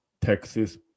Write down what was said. Texas